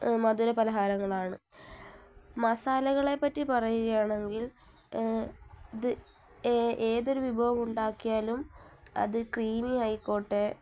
മധുര പലഹാരങ്ങളാണ് മസാലകളെപ്പറ്റി പറയുകയാണെങ്കിൽ ഇത് ഏതൊരു വിഭവം ഉണ്ടാക്കിയാലും അത് ക്രീമി ആയിക്കോട്ടെ